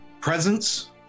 presence